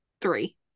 Three